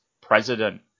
president